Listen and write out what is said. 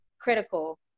critical